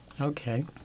Okay